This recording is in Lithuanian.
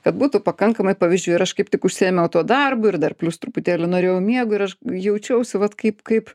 kad būtų pakankamai pavyzdžių ir aš kaip tik užsiėmiau tuo darbu ir dar plius truputėlį norėjau miego ir aš jaučiausi vat kaip kaip